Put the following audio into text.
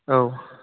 औ